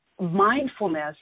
mindfulness